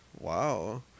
Wow